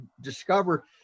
discover